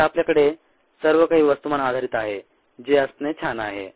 आता आपल्याकडे सर्वकाही वस्तुमान आधारीत आहे जे असणे छान आहे